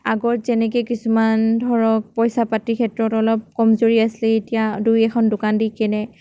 আগত যেনেকৈ কিছুমান ধৰক পইচা পাতিৰ ক্ষেত্ৰত অলপ কমজোৰি আছিলে এতিয়া দুই এখন দোকান দিকেনে